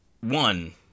one